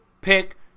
pick